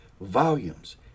volumes